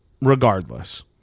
regardless